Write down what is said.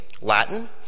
Latin